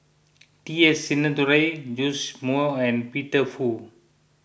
T S Sinnathuray Joash Moo and Peter Fu